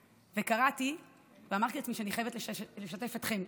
קראתי ואמרתי לעצמי שאני חייבת לשתף אתכם,